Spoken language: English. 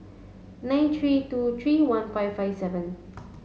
nine three two three one five five seven